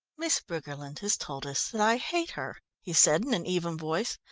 miss briggerland has told us that i hate her, he said in an even voice,